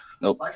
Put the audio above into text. Nope